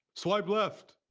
swipe left.